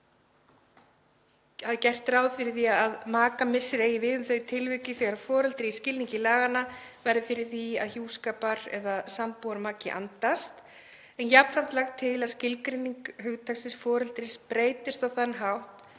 Það er gert ráð fyrir að makamissir eigi við um þau tilvik þegar foreldri í skilningi laganna verður fyrir því að hjúskapar- eða sambúðarmaki andast en jafnframt er lagt til að skilgreining hugtaksins foreldris breytist á þann hátt